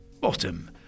bottom